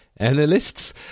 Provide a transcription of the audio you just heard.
Analysts